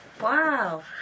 Wow